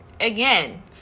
Again